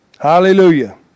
Hallelujah